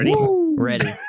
Ready